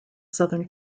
southern